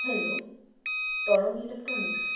hello Tarang electronics